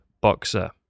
boxer